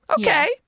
Okay